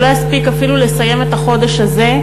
שלא יספיק אפילו לסיים את החודש הזה,